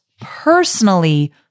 personally